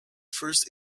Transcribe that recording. first